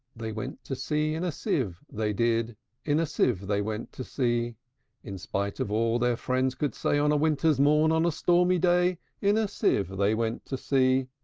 they went to sea in a sieve, they did in a sieve they went to sea in spite of all their friends could say, on a winter's morn, on a stormy day, in a sieve they went to sea.